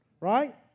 right